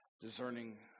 discerning